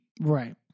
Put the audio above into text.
Right